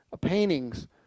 paintings